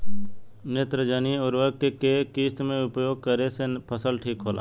नेत्रजनीय उर्वरक के केय किस्त मे उपयोग करे से फसल ठीक होला?